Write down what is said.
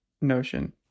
notion